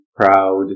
proud